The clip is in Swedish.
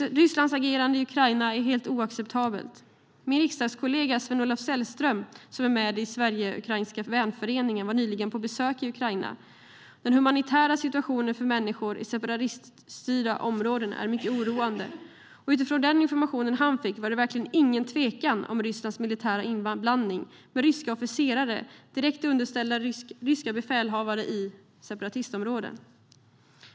Rysslands agerande i Ukraina är helt oacceptabelt. Min riksdagskollega Sven-Olof Sällström, som är med i Svensk-Ukrainska Vänskapsföreningen, var nyligen på besök i Ukraina. Den humanitära situationen för människor i separatiststyrda områden är mycket oroande. Utifrån den information han fick rådde det inget tvivel om Rysslands militära inblandning med ryska officerare direkt underställda ryska befälhavare i separatistområden.